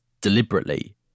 deliberately